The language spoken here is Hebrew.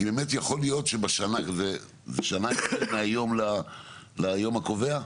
זאת שנה מהיום ליום הקובע?